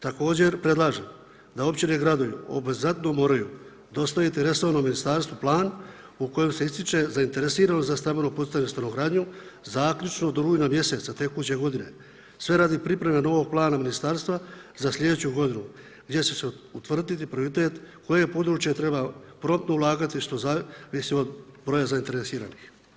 Također predlažem da općine i gradovi obvezatno moraju dostaviti resornom ministarstvu plan u kojem se ističe zainteresiranost za stambenu poticajnu stanogradnju zaključno do rujna mjeseca tekuće godine sve radi pripreme novog plana ministarstva za slijedeću gdje će se utvrditi prioritet u koje područje treba promptno ulagati što zavisi od broja zainteresiranih.